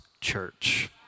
church